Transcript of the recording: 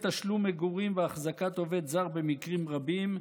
כולל תשלום על מגורים והחזקת עובד זר במקרים רבים,